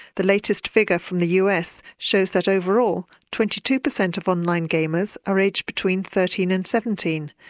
the latest figure from the us shows that overall twenty two percent of online gamers are aged between thirteen and seventeen,